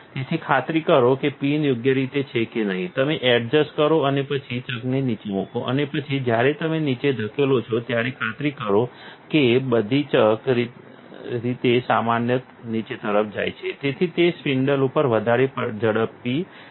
તેથી ખાતરી કરો કે પિન યોગ્ય રીતે છે કે નહીં તમે એડજસ્ટ કરો અને પછી ચકને નીચે મૂકો અને પછી જ્યારે તમે નીચે ધકેલો છો ત્યારે ખાતરી કરો કે ચક બધી રીતે નીચેની તરફ જાય છે જેથી તે સ્પિન્ડલ ઉપર વધારે ઝડપી હોય છે